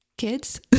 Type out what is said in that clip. kids